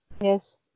yes